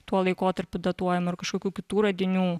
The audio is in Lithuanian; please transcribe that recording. tuo laikotarpiu datuojamų ar kažkokių kitų radinių